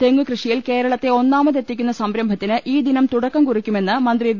തെങ്ങുകൃഷിയിൽ കേരളത്തെ ഒന്നാമതെത്തിക്കുന്ന സംരംഭത്തിന് ഈ ദിനം തുടക്കം കുറിക്കു മെന്ന് മന്ത്രി വി